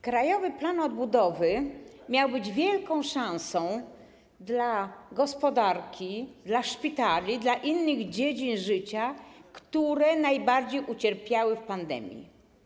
Krajowy Plan Odbudowy miał być wielką szansą dla gospodarki, szpitali, dla innych dziedzin życia, które najbardziej ucierpiały w czasie pandemii.